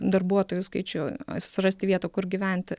darbuotojų skaičių susirasti vietą kur gyventi